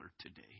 today